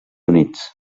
units